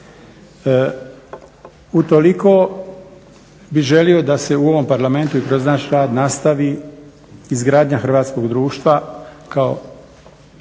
Utoliko bih želio da se u ovom Parlamentu i kroz naš rad nastavi izgradnja hrvatskog društva kao